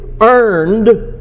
earned